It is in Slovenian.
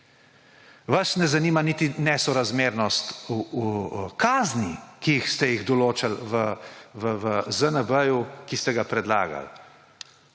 Vas ne zanima niti nesorazmernost kazni, ki ste jih določili v ZNB, ki ste ga predlagali,